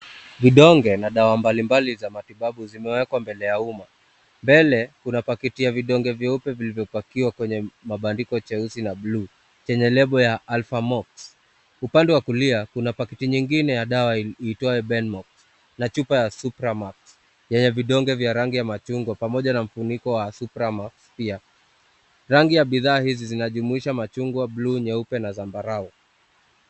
Vidonge na dawa mbalimbali za matibabu zimewekwa mbele ya umma. Mbele kuna paketi ya vidonge vyeupe vilivyopakiwa kwenye mabandiko cheusi na blue . Chenye lebo ya Alphamox . Upande wa kulia kuna paketi nyingine ya dawa iitwayo Benmox . Na chupa ya Supramax yenye vidonge vya rangi ya machungwa pamoja na mfuniko wa Supramax pia. Rangi ya bidhaa hizi zinajumuisha machungwa blue nyeupe na zambarau.